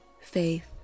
faith